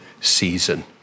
season